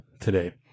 today